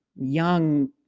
young